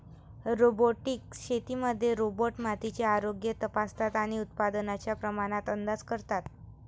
robotic शेतीमध्ये robot मातीचे आरोग्य तपासतात आणि उत्पादनाच्या प्रमाणात अंदाज करतात